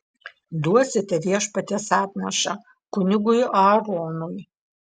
duosite viešpaties atnašą kunigui aaronui